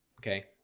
Okay